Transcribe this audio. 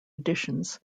editions